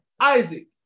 Isaac